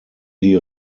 die